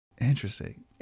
Interesting